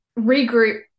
regroup